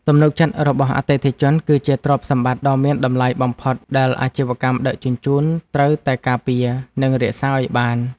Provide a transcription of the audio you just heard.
ទំនុកចិត្តរបស់អតិថិជន គឺជាទ្រព្យសម្បត្តិដ៏មានតម្លៃបំផុតដែលអាជីវកម្មដឹកជញ្ជូនត្រូវតែការពារ និងរក្សាឱ្យបាន។